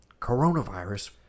coronavirus